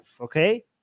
okay